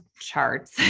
charts